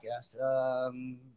Podcast